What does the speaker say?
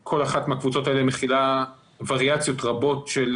כל אחת מהקבוצות האלה מכילה וריאציות רבות של